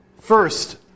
First